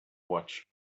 watch